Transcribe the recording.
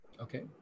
Okay